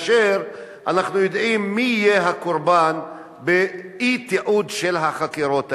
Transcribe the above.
ואנחנו יודעים מי יהיה הקורבן לאי-תיעוד של החקירות האלה.